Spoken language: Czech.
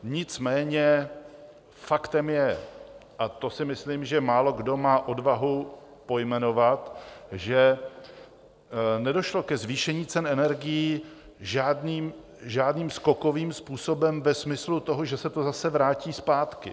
Nicméně faktem je, a to si myslím, že málokdo má odvahu pojmenovat, že nedošlo ke zvýšení cen energií žádným skokovým způsobem ve smyslu toho, že se to zase vrátí zpátky.